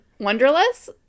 Wonderless